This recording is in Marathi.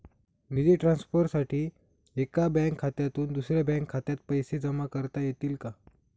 निधी ट्रान्सफरसाठी एका बँक खात्यातून दुसऱ्या बँक खात्यात पैसे जमा करता येतील का?